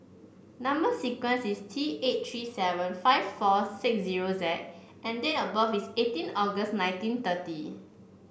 number sequence is T eight three seven five four six zero Z and date of birth is eighteen August nineteen thirty